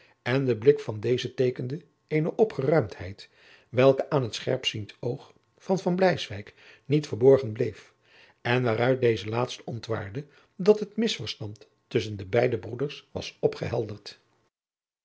en de blik van dezen teekende eene opgeruimdheid welke aan het scherpziend oog van van bleiswyk niet verborgen bleef en waaruit deze laatste ontwaarde dat het misverstand tusschen de beide broeders was